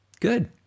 good